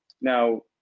now